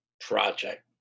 project